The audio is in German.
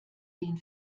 den